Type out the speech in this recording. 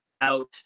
out